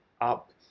up